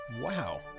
Wow